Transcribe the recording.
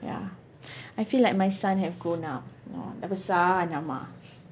yeah I feel like my son have grown up you know dah besar anak mak